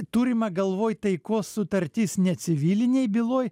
turima galvoj taikos sutartis ne civilinėj byloj